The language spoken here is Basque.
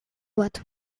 bat